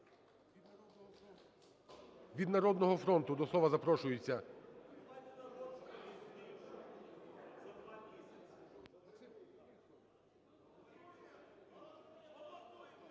Він "Народного фронту" до слова запрошується…